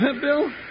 Bill